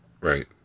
Right